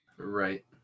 Right